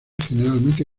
generalmente